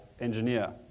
engineer